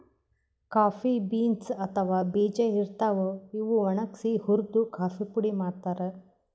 coffee beans ಅಥವಾ ಬೀಜಾ ಇರ್ತಾವ್, ಇವ್ ಒಣಗ್ಸಿ ಹುರ್ದು ಕಾಫಿ ಪುಡಿ ಮಾಡ್ತಾರ್